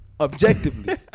objectively